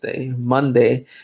Monday